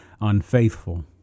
unfaithful